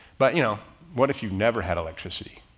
but you know what? if you never had electricity,